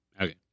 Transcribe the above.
Okay